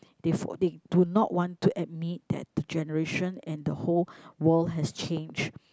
they f~ they do not want to admit that the generation and the whole world has changed